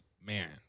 man